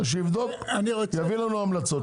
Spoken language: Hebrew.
יביא לנו המלצות.